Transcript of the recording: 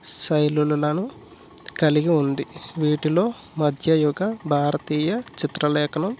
శైలులులను కలిగి ఉంది వీటిలో మధ్యయుగ భారతీయ చిత్రలేఖనం